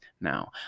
Now